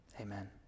Amen